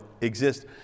exist